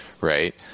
right